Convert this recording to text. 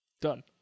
Done